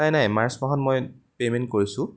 নাই নাই মাৰ্চ মাহত মই পে'মেণ্ট কৰিছোঁ